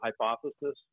hypothesis